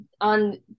on